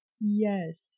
Yes